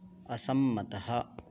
असम्मतः